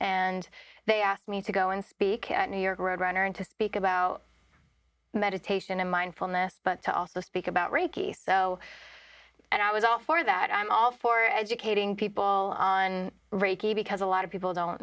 and they asked me to go and speak at new york road runner and to speak about meditation and mindfulness but to also speak about reiki so and i was all for that i'm all for educating people on reiki because a lot of people don't